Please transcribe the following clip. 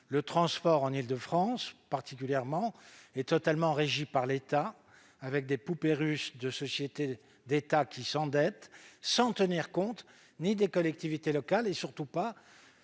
Le transport en Île-de-France est totalement régi par l'État, avec des poupées russes de sociétés d'État qui s'endettent sans tenir compte ni des collectivités locales ni, surtout,